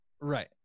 Right